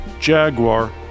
Jaguar